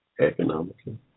economically